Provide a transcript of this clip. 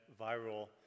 viral